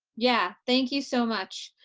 yeah, thank you so much,